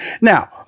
Now